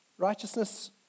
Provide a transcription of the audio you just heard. Righteousness